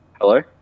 Hello